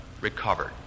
recovered